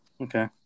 Okay